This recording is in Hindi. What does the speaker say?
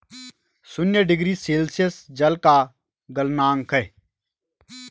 शून्य डिग्री सेल्सियस जल का गलनांक है